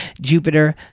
Jupiter